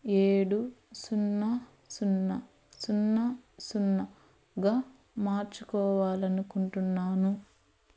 ఏడు సున్నా సున్నా సున్నా సున్నాగా మార్చుకోవాలి అనుకుంటున్నాను